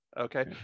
Okay